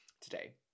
today